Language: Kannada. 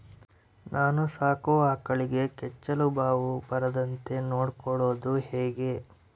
ನಾನು ಸಾಕೋ ಆಕಳಿಗೆ ಕೆಚ್ಚಲುಬಾವು ಬರದಂತೆ ನೊಡ್ಕೊಳೋದು ಹೇಗೆ?